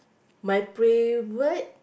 my favourite